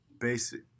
basic